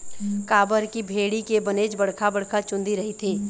काबर की भेड़ी के बनेच बड़का बड़का चुंदी रहिथे